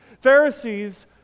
Pharisees